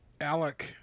Alec